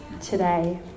today